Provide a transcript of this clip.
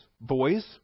boys